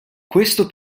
questo